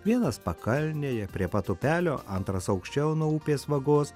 vienas pakalnėje prie pat upelio antras aukščiau nuo upės vagos